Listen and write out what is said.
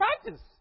practice